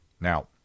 Now